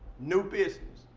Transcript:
new business,